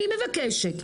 אני מבקשת,